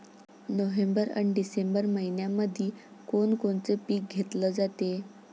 November अन December मइन्यामंधी कोण कोनचं पीक घेतलं जाते?